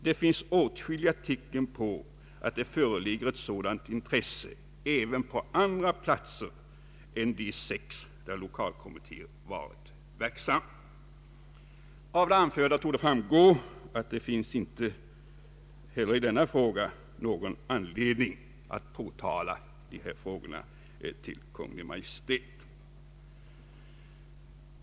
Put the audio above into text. Det finns åtskilliga tecken på att det föreligger ett sådant intresse även på andra platser än de sex där lokalkommittéer varit verksamma.” Av det anförda torde framgå att det inte heller finns anledning att skriva till Kungl. Maj:t i denna fråga.